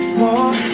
more